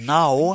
now